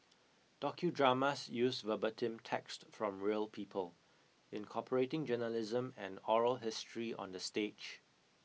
docudramas use verbatim text from real people incorporating journalism and oral history on the stage